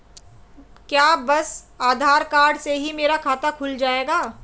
क्या बस आधार कार्ड से ही मेरा खाता खुल जाएगा?